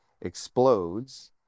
Explodes